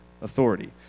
authority